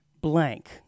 Blank